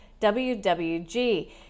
WWG